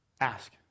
ask